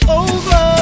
over